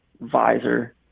visor